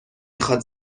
میخواد